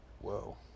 Whoa